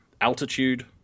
altitude